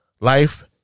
life